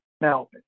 Now